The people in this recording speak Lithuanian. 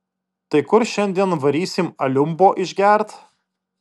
tai kur šiandien varysim aliumbo išgert